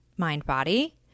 mind-body